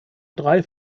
drei